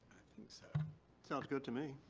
think so. it sounds good to me.